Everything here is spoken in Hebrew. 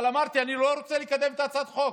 אבל אמרתי: אני לא רוצה לקדם את הצעת החוק.